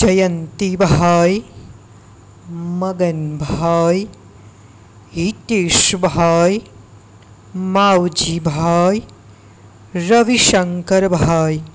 Jayantibhai Maganbhai Hiteshbhai Mavjibhai Ravishankarbhai